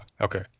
Okay